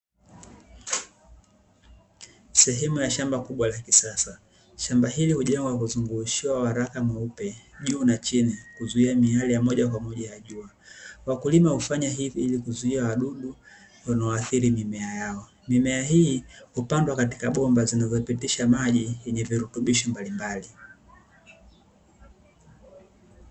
Sehemu ya shamba kubwa la kisasa. Shamba hili hujengwa kwa kuzungushiwa waraka mweupe juu na chini, kuzuia miale ya jua. Wakulima hufanya hivi ili kuzuia wadudu wanaoathiri mimea yao. Mimea hii hupandwa katika bomba zinazopitisha maji yenye virutubisho mbalimbali,